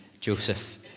Joseph